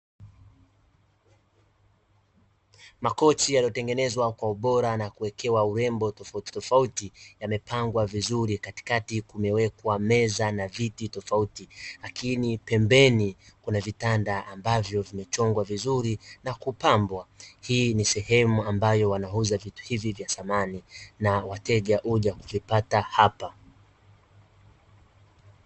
Makochi yaliyotengenezwa kwa ubora na kuwekewa urembo tofautitofauti, yamepangwa vizuri katikati kumewekwa Meza na viti, Lakini pembeni Kuna Vitanda ambavyo vimechongwa vizuri na kupambwa, Hii ni sehemu ambayo inauza vitu mbalimbali vya samani na wateja huja kuvipata hapa.